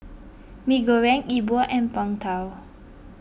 Mee Goreng E Bua and Png Tao